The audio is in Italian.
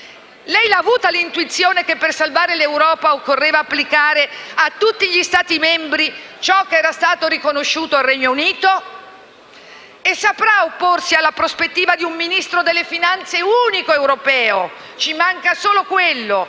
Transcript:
Lei l'ha avuta l'intuizione che per salvare l'Europa occorreva applicare a tutti gli Stati membri ciò che era stato riconosciuto al Regno Unito? E saprà opporsi alla prospettiva di un Ministro delle finanze unico europeo (ci manca solo questo!)?